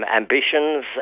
ambitions